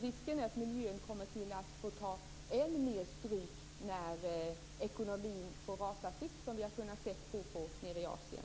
Risken är att miljön kommer att få ta än mer stryk när ekonomin får rasa fritt som vi har kunnat se nere i Asien.